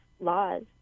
laws